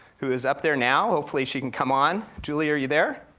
who is up there now. hopefully she can come on, julie, are you there?